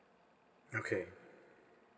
okay